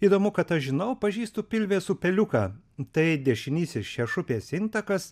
įdomu kad aš žinau pažįstu pilvės upeliuką tai dešinysis šešupės intakas